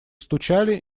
стучали